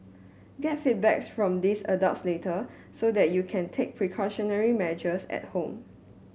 get feedback from these adults later so that you can take precautionary measures at home